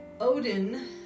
Odin